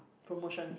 promotions